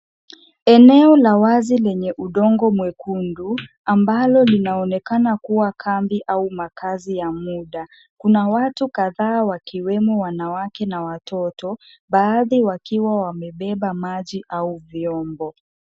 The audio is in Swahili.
Eneo la wazi lenye udongo mwekundu ambalo linaonekana kuwa kambi au makaazi ya muda. Kuna watu kadhaa wakiwemo wanawake na watoto, baadhi wakiwa wamebeba maji au vyombo.